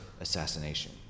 assassination